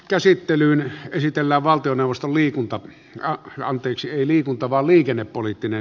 käsittelyyn esitellä valtioneuvoston liikunta ja anteeksi ei liikuta vaan liikennepoliittinen